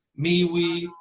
MeWe